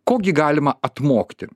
ko gi galima atmokti